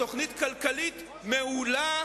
בתוכנית כלכלית מעולה.